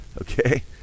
Okay